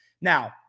Now